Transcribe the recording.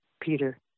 Peter